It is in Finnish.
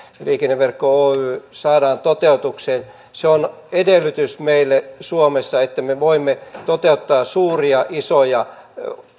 liikenneverkko oy saadaan toteutukseen se on edellytys meille suomessa että me voimme toteuttaa suuria isoja